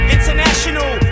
International